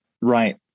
right